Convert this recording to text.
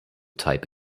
type